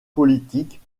politiques